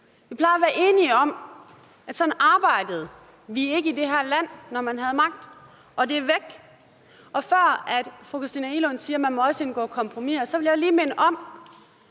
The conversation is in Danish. Vi plejede at være enige om, at sådan arbejder vi ikke i det her land, når man har magt. Det er væk. Før fru Christina Egelund siger, at man også må indgå kompromiser. Må jeg lige minde om,